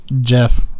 jeff